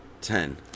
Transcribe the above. Ten